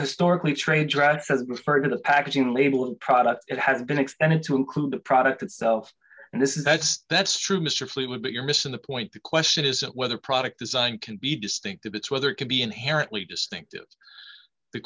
historically train tracks as part of the packaging label product it has been extended to include the product itself and this is that's that's true mr fleetwood but you're missing the point the question isn't whether product design can be distinctive it's whether it can be inherently distinctive the